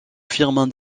firmin